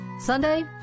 Sunday